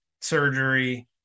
surgery